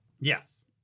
yes